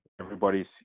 Everybody's